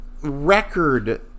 record